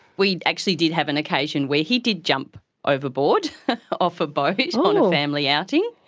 we actually did have an occasion where he did jump overboard off a boat on a family outing.